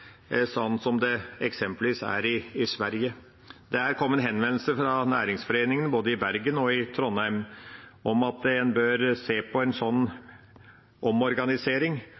sånn som det eksempelvis er i Sverige. Det er kommet henvendelser fra næringsforeningene både i Bergen og Trondheim om at en bør se på en sånn omorganisering.